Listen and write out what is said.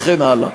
וכן הלאה.